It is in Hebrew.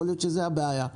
יכול להיות שזו הבעיה.